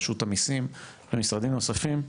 רשות המיסים ומשרדים נוספים,